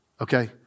okay